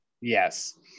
Yes